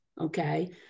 okay